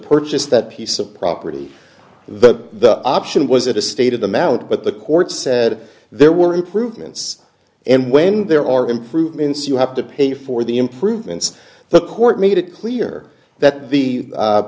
purchase that piece of property the option was it a state of the mouth but the court said there were improvements and when there are improvements you have to pay for the improvements the court made it clear that the